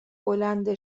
بلند